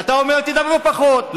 אתה אומר: תדברו פחות.